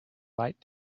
light